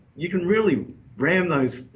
you can really ram those,